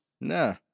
Nah